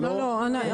נכון.